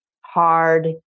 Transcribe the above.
hard